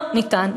לא ניתן.